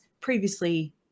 previously